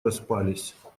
распались